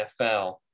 nfl